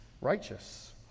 righteous